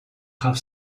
have